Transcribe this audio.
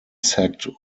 sacked